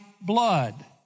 blood